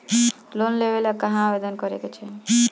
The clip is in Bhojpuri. लोन लेवे ला कहाँ आवेदन करे के चाही?